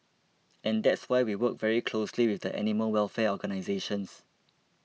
and that's why we work very closely with the animal welfare organisations